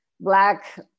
black